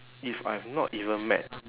if I've not even met